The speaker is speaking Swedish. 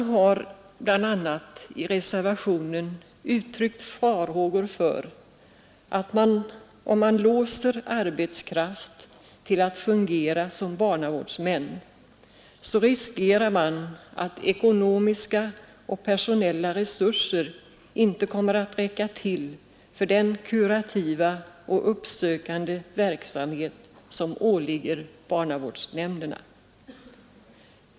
Det har bl.a. i reservationen uttryckts farhågor för att om man låser arbetskraft till att fungera som barnavårdsmän riskerar man att ekonomiska och personella resurser inte kommer att räcka till för den kurativa och uppsökande verksamhet som åligger barnavårdsnämnderna.